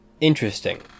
Interesting